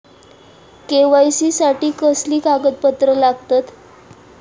KYC साठी कसली कागदपत्र लागतत?